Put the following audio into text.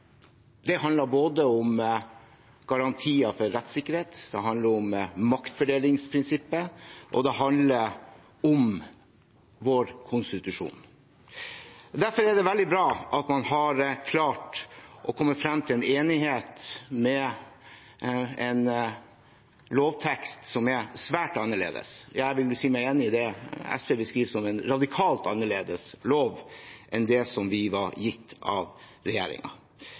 Det handler om garantier for rettssikkerhet, det handler om maktfordelingsprinsippet, og det handler om vår konstitusjon. Derfor er det veldig bra at man har klart å komme frem til en enighet om en lovtekst som er svært annerledes – ja, jeg vil si meg enig i det SV beskriver som en lov som er radikalt annerledes enn den vi var gitt av